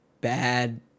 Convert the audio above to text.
bad